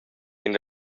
ein